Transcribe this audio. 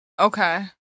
Okay